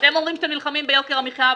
אתם אומרים שאתם נלחמים ביוקר המחיה,